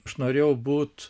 aš norėjau būt